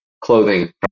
clothing